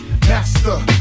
Master